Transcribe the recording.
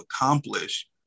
accomplish